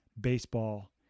baseball